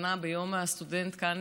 מתנה ביום הסטודנט כאן,